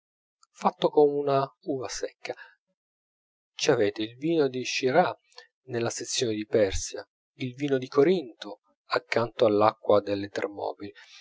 fatto con uva secca ci avete il vino di schiraz nella sezione di persia il vino di corinto accanto all'acqua delle